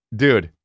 dude